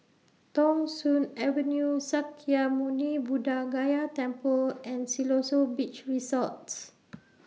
Thong Soon Avenue Sakya Muni Buddha Gaya Temple and Siloso Beach Resorts